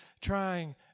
trying